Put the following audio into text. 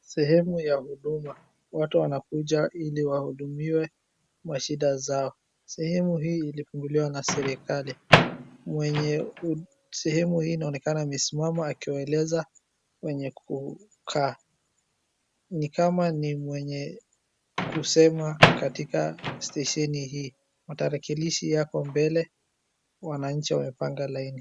Sehemu ya huduma. Watu wanakuja ili wahudumiwe mashida zao. Sehemu hii ilifunguliwa na serikali. Mwenye sehemu hii inaonekana amesimama akiwaeleza wenye kukaa. Ni kama mwenye kusema katika stesheni hii. Matarakilishi yako mbele wananchi wamepanga laini.